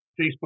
Facebook